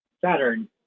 Saturn